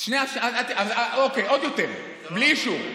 אין אישור.